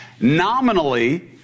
Nominally